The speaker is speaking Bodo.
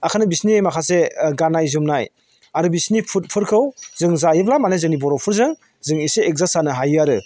ओंखानो बिसोरनि माखासे गाननाय जोमनाय आरो बिसोरनि फुडफोरखौ जों जायोब्ला माने जोंनि बर'फोरजों जों इसे एदजास्ट जानो हायो आरो